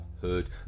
hood